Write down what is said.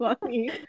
funny